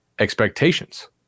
expectations